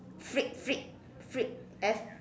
flip flip flip F